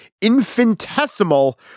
infinitesimal